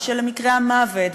ושל מקרי המוות,